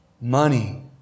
money